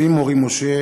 אבי מורי משה